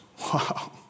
Wow